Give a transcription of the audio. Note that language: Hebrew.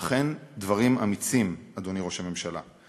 אכן, דברים אמיצים, אדוני ראש הממשלה.